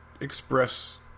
express